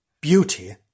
beauty